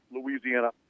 Louisiana